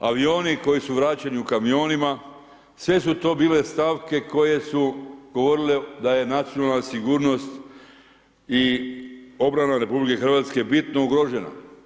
Avioni koji su vraćeni u kamionima, sve su to bile stavke koje su govorile da je nacionalna sigurnost i obrana RH bitno ugrožena.